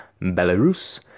Belarus